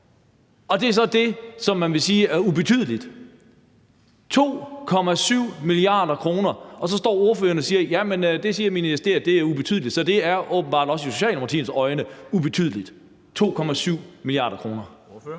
Det er så det, som man vil sige er ubetydeligt – 2,7 mia. kr. Så står ordføreren og siger: Jamen det siger ministeriet er ubetydeligt. Så det er åbenbart også i Socialdemokratiets øjne ubetydeligt – 2,7 mia. kr.